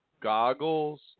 goggles